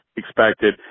expected